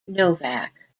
novak